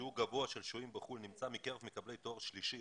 שיעור גבוה של שוהים בחו"ל נמצא מקרב מקבלי תואר שלישי,